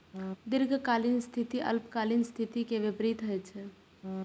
दीर्घकालिक स्थिति अल्पकालिक स्थिति के विपरीत होइ छै